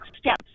steps